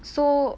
so